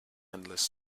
endless